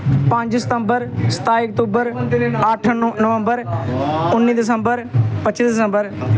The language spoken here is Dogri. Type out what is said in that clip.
पंज सितंबर सताई अक्तूबर अट्ठ नव नवंम्बर उन्नी दिसंबर पच्ची दिसंबर